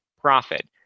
profit